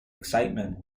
excitement